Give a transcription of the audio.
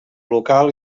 local